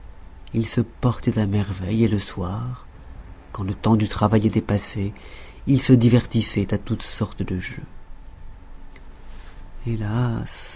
ils se portaient à merveille et le soir quand le temps du travail était passé ils se divertissaient à toutes sortes de jeux hélas